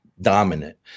dominant